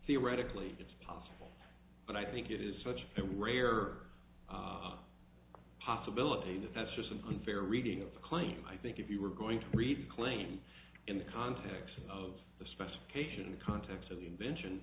theoretically it's possible but i think it is such that rare possibility that that's just an unfair reading of the claim i think if you were going to read claims in the context of the specification in the context of the invention